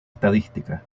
estadística